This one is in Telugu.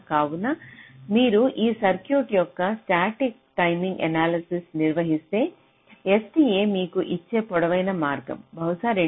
కావున మీరు ఈ సర్క్యూట్ యొక్క స్టాటిక్ టైమింగ్ ఎనాలసిస్ నిర్వహిస్తే STA మీకు ఇచ్చే పొడవైన మార్గం బహుశా 200